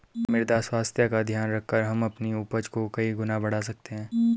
मृदा स्वास्थ्य का ध्यान रखकर हम अपनी उपज को कई गुना बढ़ा सकते हैं